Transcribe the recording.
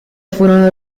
furono